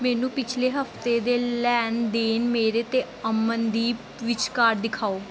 ਮੈਨੂੰ ਪਿਛਲੇ ਹਫ਼ਤੇ ਦੇ ਲੈਣ ਦੇਣ ਮੇਰੇ ਅਤੇ ਅਮਨਦੀਪ ਵਿਚਕਾਰ ਦਿਖਾਉ